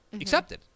accepted